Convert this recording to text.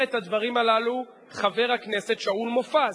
אומר את הדברים הללו חבר הכנסת שאול מופז.